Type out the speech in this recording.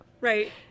Right